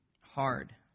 hard